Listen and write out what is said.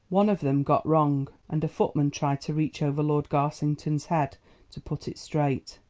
one of them got wrong, and a footman tried to reach over lord garsington's head to put it straight.